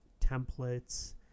templates